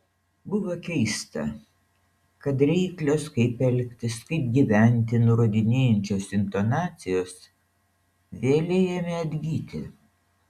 buvo keista kad reiklios kaip elgtis kaip gyventi nurodinėjančios intonacijos vėlei ėmė atgyti